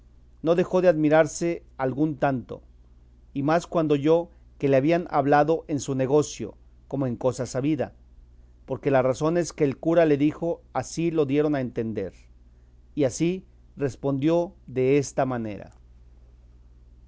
no dejó de admirarse algún tanto y más cuando oyó que le habían hablado en su negocio como en cosa sabida porque las razones que el cura le dijo así lo dieron a entender y así respondió desta manera